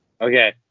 Okay